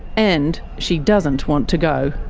and she doesn't want to go.